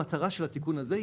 המטרה של התיקון הזה,